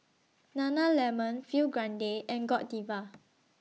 Nana Lemon Film Grade and Godiva